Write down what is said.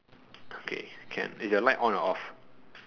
okay can is your light on or off